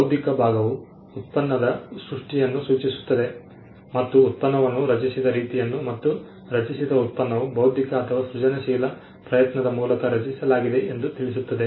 ಬೌದ್ಧಿಕ ಭಾಗವು ಉತ್ಪನ್ನದ ಸೃಷ್ಟಿಯನ್ನು ಸೂಚಿಸುತ್ತದೆ ಅದು ಉತ್ಪನ್ನವನ್ನು ರಚಿಸಿದ ರೀತಿಯನ್ನು ಮತ್ತು ರಚಿಸಿದ ಉತ್ಪನ್ನವು ಬೌದ್ಧಿಕ ಅಥವಾ ಸೃಜನಶೀಲ ಪ್ರಯತ್ನದ ಮೂಲಕ ರಚಿಸಲಾಗಿದೆ ಎಂದು ತಿಳಿಸುತ್ತದೆ